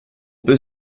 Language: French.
peut